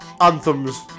anthems